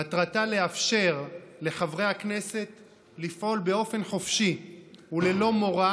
מטרתה לאפשר לחברי הכנסת לפעול באופן חופשי וללא מורא